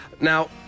Now